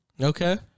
Okay